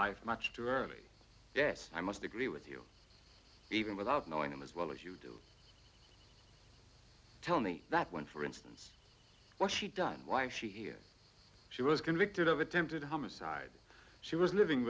life much too early yes i must agree with you even without knowing them as well as you do tell me that when for instance when she done why she here she was convicted of attempted homicide she was living